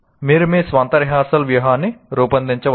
మీరు మీ స్వంత రిహార్సల్ వ్యూహాన్ని రూపొందించవచ్చు